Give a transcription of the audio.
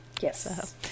Yes